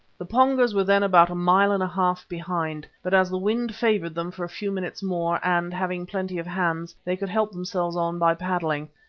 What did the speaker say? the pongos were then about a mile and a half behind. but as the wind favoured them for a few minutes more and, having plenty of hands, they could help themselves on by paddling,